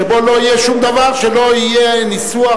שבו לא יהיה שום דבר שלא יהיה ניסוח,